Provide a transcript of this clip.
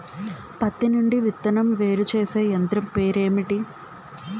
పత్తి నుండి విత్తనం వేరుచేసే యంత్రం పేరు ఏంటి